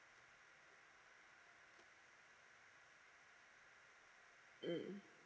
mm